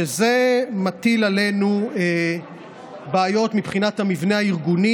שזה מטיל עלינו בעיות מבחינת המבנה הארגוני